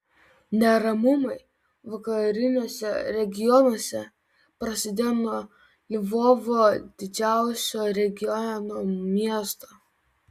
neramumai vakariniuose regionuose prasidėjo nuo lvovo didžiausio regiono miesto